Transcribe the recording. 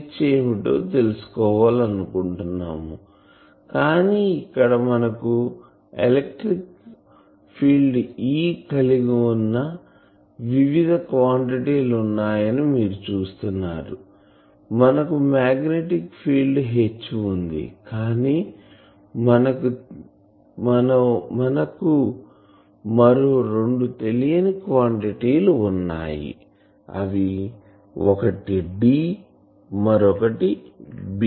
H ఏమిటో తెలుసుకోవాలనుకుంటున్నాము కాని ఇక్కడ మనకు ఎలక్ట్రిక్ ఫీల్డ్ E కలిగి ఉన్న వివిధ క్వాంటిటీలు ఉన్నాయని మీరు చూస్తున్నారు మనకు మాగ్నెటిక్ ఫీల్డ్ H ఉంది కాని మనకు మరో రెండు తెలియని క్వాంటిటీలు వున్నాయి అవి ఒకటి D మరొకటి B